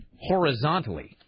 horizontally